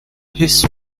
his